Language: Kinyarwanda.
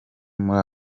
muri